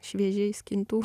šviežiai skintų